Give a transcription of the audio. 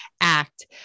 act